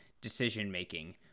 decision-making